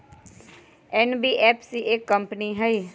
NBFC एक company हई?